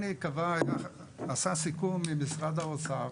מר עופר עיני עשה סיכום מול משרד האוצר